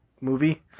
movie